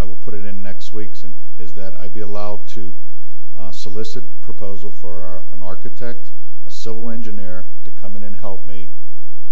i will put it in next weeks and is that i be allowed to solicit proposal for an architect a civil engineer to come in and help me